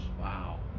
Wow